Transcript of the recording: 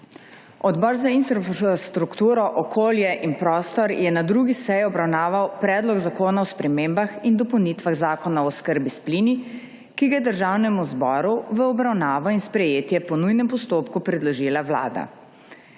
Odbor za infrastrukturo, okolje in prostor je na 2. seji obravnaval Predlog zakona o spremembah in dopolnitvah Zakona o oskrbi s plini, ki ga je Državnemu zboru v obravnavo in sprejetje po nujnem postopku predložila Vlada.